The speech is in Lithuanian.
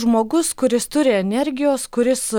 žmogus kuris turi energijos kuris